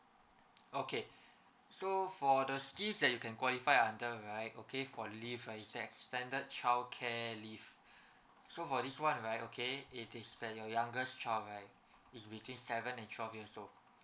okay so for the schemes that you can qualify under right okay for leave is the extended childcare leave so for this one right okay it is that your youngest child right is between seven and twelve years old